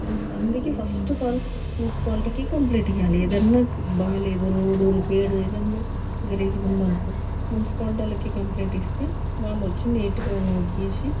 అందుకే first of all మున్సిపాలిటీకి complaint ఇయాలి ఏదన్నా బాగ లేదు రోడ్డు రిపేరి ఏదన్నా గలీజ్గా ఉందనుకో మున్సిపాలిటి వాళ్ళకు కంప్లైంట్ ఇస్తే వాళ్ళు వచ్చి నీట్గా నూకేసి